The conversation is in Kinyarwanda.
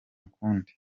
kundi